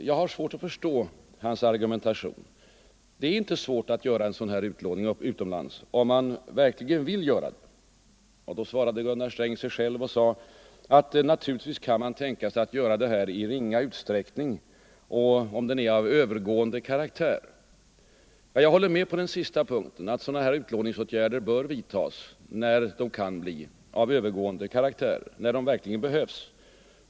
Jag har svårt att förstå hans argumentation. Det är inte svårt att göra en sådan upplåning utomlands om man verkligen vill. Då svarade Gunnar Sträng sig själv och sade att naturligtvis kan man' tänka sig att göra detta i ringa ut sträckning och om upplåningen är av övergående karaktär. Jag håller med om den sista punkten, att sådana här upplåningsåtgärder bör vidtas när de kan bli av övergående karaktär, när de verkligen behövs.